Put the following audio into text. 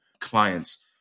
clients